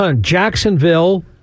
Jacksonville